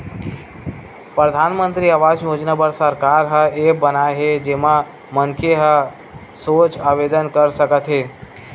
परधानमंतरी आवास योजना बर सरकार ह ऐप बनाए हे जेमा मनखे ह सोझ आवेदन कर सकत हे